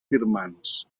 firmants